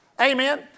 Amen